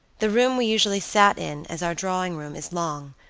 the room we usually sat in as our drawing room is long,